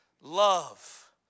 love